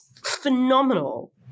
phenomenal